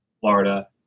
Florida